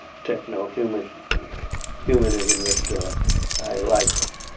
techno-humanism techno-humanism that i like.